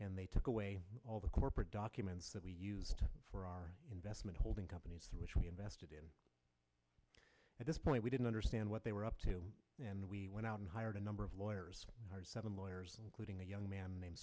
and they took away all the corporate documents that we used for our investment holding companies which we invested in at this point we didn't understand what they were up to and we went out and hired a number of lawyers including a young man named